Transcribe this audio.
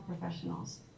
professionals